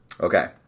Okay